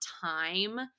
time